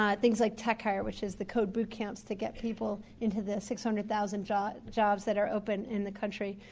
um things like tech hire which is the code boot camps to get people into the six hundred thousand jobs jobs that are open in the country.